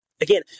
Again